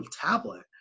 tablet